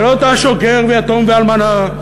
ולא לא תעשוק גר ויתום ואלמנה,